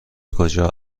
کجا